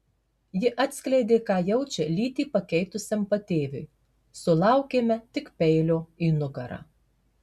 ji atskleidė ką jaučia lytį pakeitusiam patėviui sulaukėme tik peilio į nugarą